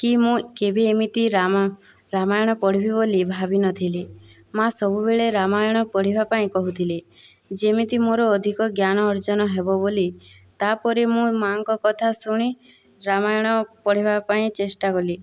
କି ମୁଁ କେବେ ଏମିତି ରାମାୟଣ ପଢ଼ିବି ବୋଲି ଭାବି ନଥିଲି ମା' ସବୁବେଳେ ରାମାୟଣ ପଢ଼ିବା ପାଇଁ କହୁଥିଲେ ଯେମିତି ମୋ'ର ଅଧିକ ଜ୍ଞାନ ଅର୍ଜନ ହେବ ବୋଲି ତା'ପରେ ମୁଁ ମା'ଙ୍କ କଥା ଶୁଣି ରାମାୟଣ ପଢ଼ିବା ପାଇଁ ଚେଷ୍ଟା କଲି